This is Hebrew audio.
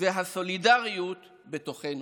והסולידריות בתוכנו,